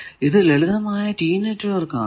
ഇത് ലളിതമായ T network ആണ്